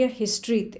history